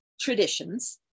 traditions